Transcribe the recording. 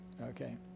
Okay